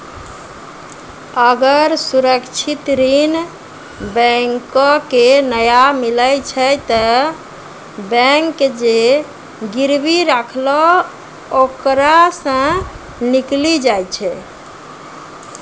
अगर सुरक्षित ऋण बैंको के नाय मिलै छै तै बैंक जे गिरबी रखलो ओकरा सं निकली जाय छै